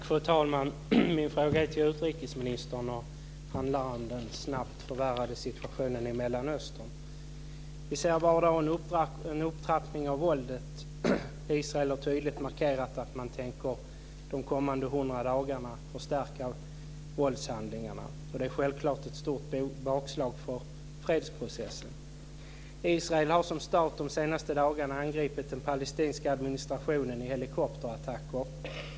Fru talman! Min fråga är till utrikesministern och handlar om den snabbt förvärrade situationen i Mellanöstern. Vi ser varje dag en upptrappning av våldet. Israel har tydligt markerat att man de kommande 100 dagarna tänker förstärka våldshandlingarna. Det är självfallet ett stort bakslag för fredsprocessen. Israel har som stat de senaste dagarna angripit den palestinska administrationen i helikopterattacker.